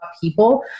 people